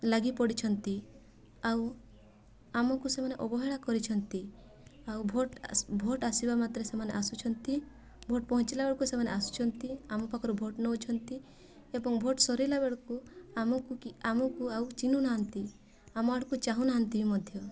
ଲାଗିପଡ଼ିଛନ୍ତି ଆଉ ଆମକୁ ସେମାନେ ଅବହେଳା କରିଛନ୍ତି ଆଉ ଭୋଟ୍ ଭୋଟ୍ ଆସିବା ମାତ୍ରେ ସେମାନେ ଆସୁଛନ୍ତି ଭୋଟ୍ ପହଞ୍ଚିଲାବେଳକୁ ସେମାନେ ଆସୁଛନ୍ତି ଆମ ପାଖରୁ ଭୋଟ୍ ନେଉଛନ୍ତି ଏବଂ ଭୋଟ୍ ସରିଲା ବେଳକୁ ଆମକୁ କି ଆମକୁ ଆଉ ଚିହ୍ନୁନାହାଁନ୍ତି ଆମ ଆଡ଼କୁ ଆଉ ଚାହୁଁନାହାଁନ୍ତି ବି ମଧ୍ୟ